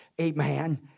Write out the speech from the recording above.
Amen